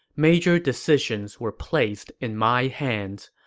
major decisions were placed in my hands.